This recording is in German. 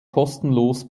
kostenlos